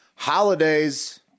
Holidays